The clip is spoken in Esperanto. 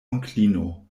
onklino